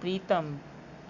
प्रीतम